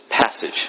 passage